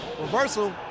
Reversal